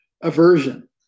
aversion